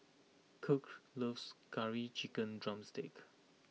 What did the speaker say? Kirk loves Curry Chicken Drumstick